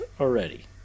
already